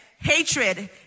Hatred